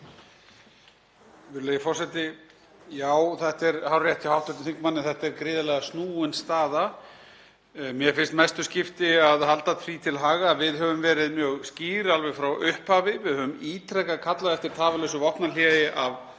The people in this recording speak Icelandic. þetta er gríðarlega snúin staða. Mér finnst mestu skipta að halda því til haga að við höfum verið mjög skýr alveg frá upphafi. Við höfum ítrekað kallað eftir tafarlausu vopnahléi af